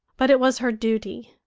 but it was her duty,